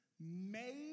made